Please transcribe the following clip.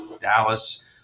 Dallas